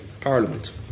Parliament